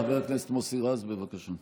חבר הכנסת מוסי רז, בבקשה.